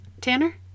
Tanner